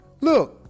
Look